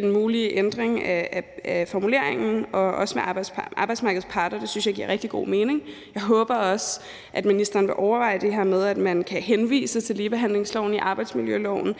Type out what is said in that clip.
en mulig ændring af formuleringen, også med arbejdsmarkedets parter. Det synes jeg giver rigtig god mening. Jeg håber også, at ministeren vil overveje det her med, at man kan henvise til ligebehandlingsloven i arbejdsmiljøloven;